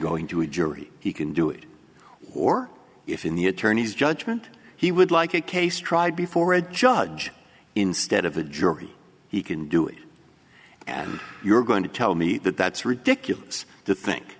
going to a jury he can do it or if in the attorney's judgment he would like a case tried before a judge instead of a jury he can do it and you're going to tell me that that's ridiculous to think